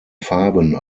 farben